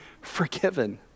forgiven